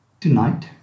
Tonight